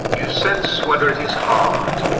you sense whether it is hard,